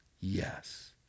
yes